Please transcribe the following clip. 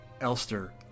Elster